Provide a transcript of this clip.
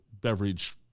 beverage